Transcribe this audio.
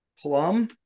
plum